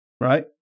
Right